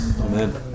Amen